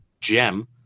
gem